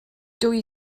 dwi